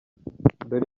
dore